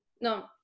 No